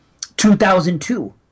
2002